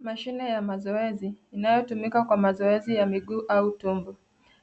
Mashine ya mazoezi inayotumika kwa mazoezi ya miguu au tumbo.